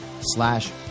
slash